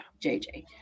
JJ